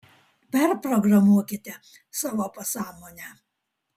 perprogramuokite savo pasąmonę